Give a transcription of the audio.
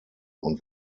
und